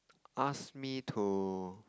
ask me to